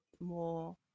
more